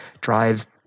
drive